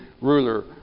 ruler